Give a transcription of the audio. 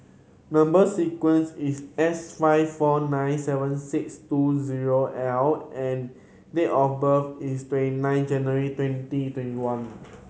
number sequence is S five four nine seven six two zero L and date of birth is twenty nine January twenty twenty one